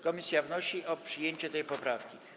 Komisja wnosi o przyjęcie tej poprawki.